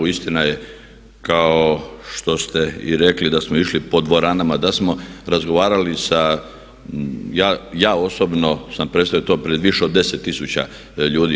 Istina je kao što ste i rekli da smo išli po dvoranama, da smo razgovarali sa, ja osobno sam predstavio to prije više od 10 tisuća ljudi.